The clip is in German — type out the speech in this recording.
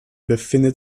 befindet